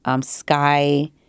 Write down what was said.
Sky